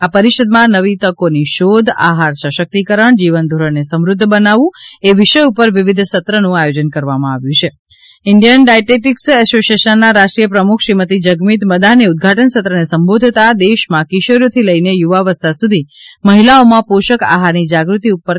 આ પરિષદમાં નવી તકોની શોધ આહાર સશક્તિકરણ જીવનધોરણને સમૂદ્ધ બનાવવું એ વિષય ઉપર વિવિધ સત્રનું આયોજન કરવામાં આવ્યું હતું ઈન્ડિયન ડાયટેટિક્સ એસોસિયેશનના રાષ્ટ્રીય પ્રમુખ શ્રીમતી જગમિત મદાને ઉદઘાટન સત્રને સંબોધતા દેશમાં કિશોરીઓથી લઈને યુવાવસ્થા સુધી મહિલાઓમાં પોષક આહારની જાગૃતિ ઉપર ખાસ ભાર મુક્વો હતો